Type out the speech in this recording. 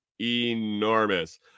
enormous